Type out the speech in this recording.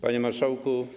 Panie Marszałku!